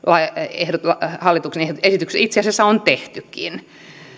hallituksen esityksessä itse asiassa on tehtykin